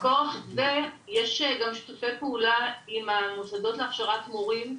יש גם שיתופי פעולה עם המוסדות להכשרת מורים,